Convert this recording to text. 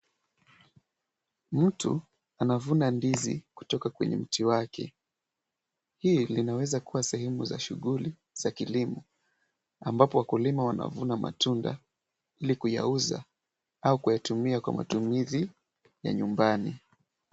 Mtu anavuna ndizi kutoka kwenye mti wake. Hii linaweza kuwa sehemu za shughuli za kilimo, ambapo wakulima wanavuna matunda ili kuyauza au kuyatumia kwa matumizi ya nyumbani.